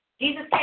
Jesus